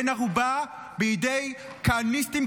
הוא בן ערובה בידי כהניסטים,